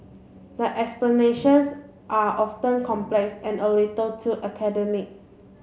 the explanations are often complex and a little too academic